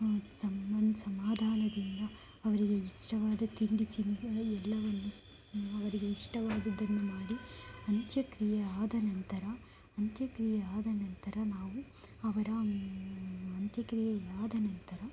ಸಮ ಸಮಾಧಾನದಿಂದ ಅವರಿಗೆ ಇಷ್ಟವಾದ ತಿಂಡಿ ತಿನಿಸು ಎಲ್ಲವನ್ನೂ ಅವರಿಗೆ ಇಷ್ಟವಾಗಿದ್ದನ್ನು ಮಾಡಿ ಅಂತ್ಯಕ್ರಿಯೆ ಆದ ನಂತರ ಅಂತ್ಯಕ್ರಿಯೆ ಆದ ನಂತರ ನಾವು ಅವರ ಅಂತ್ಯಕ್ರಿಯೆ ಆದ ನಂತರ